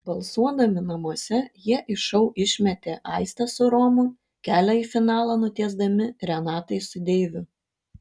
balsuodami namuose jie iš šou išmetė aistę su romu kelią į finalą nutiesdami renatai su deiviu